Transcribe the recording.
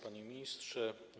Panie Ministrze!